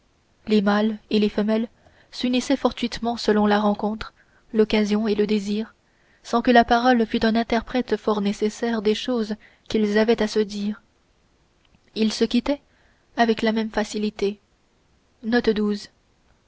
les mâles et les femelles s'unissaient fortuitement selon la rencontre l'occasion et le désir sans que la parole fût un interprète fort nécessaire des choses qu'ils avaient à se dire ils se quittaient avec la même facilité